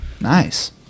Nice